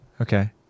Okay